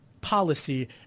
policy